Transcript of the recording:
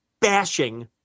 bashing